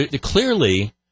clearly